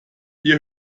ihr